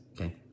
okay